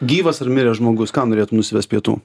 gyvas ar miręs žmogus ką norėtum nusivest pietų